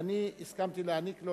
ואני הסכמתי להעניק לו,